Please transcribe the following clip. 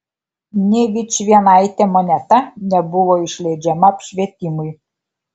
nė vičvienaitė moneta nebuvo išleidžiama apšvietimui